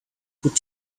could